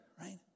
right